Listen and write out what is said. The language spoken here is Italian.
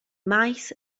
mais